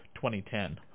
2010